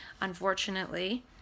unfortunately